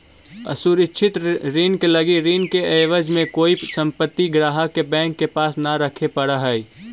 असुरक्षित ऋण लगी ऋण के एवज में कोई संपत्ति ग्राहक के बैंक के पास न रखे पड़ऽ हइ